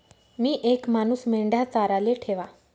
मी येक मानूस मेंढया चाराले ठेवा